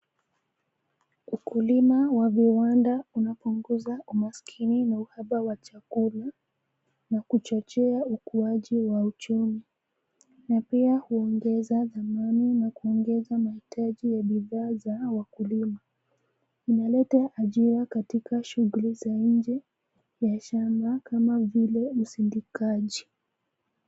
Ukulima wa viwanda unapunguza umaskini na uhaba wa chakula, na kuchochea ukuaji wa uchumi, na pia huongeza dhamani na kuongeza mahitaji ya bidhaa za wakulima. Inaleta ajira katika shughuli za nje ya shamba kama vile usindikaji.